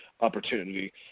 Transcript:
opportunity